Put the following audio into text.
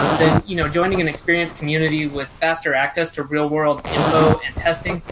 um then, you know, joining an experienced community with faster access to real world info and testing